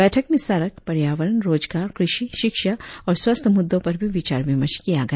बैठक में सड़क पर्यावरण रोजगार कृषि शिक्षा और स्वास्थ्य मुद्दों पर भी विचार विमर्श किया गया